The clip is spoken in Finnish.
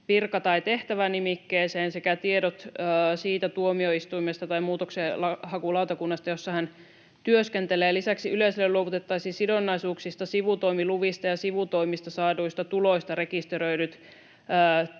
virka- tai tehtävänimikkeeseen sekä tietoihin siitä tuomioistuimesta tai muutoksenhakulautakunnasta, jossa hän työskentelee. Lisäksi yleisölle luovutettaisiin sidonnaisuuksista, sivutoimiluvista ja sivutoimista saaduista tuloista rekisteröidyt